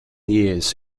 years